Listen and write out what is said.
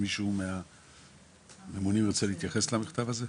מישהו מהממונים ירצה להתייחס למכתב הזה?